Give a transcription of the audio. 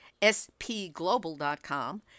spglobal.com